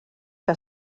que